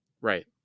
Right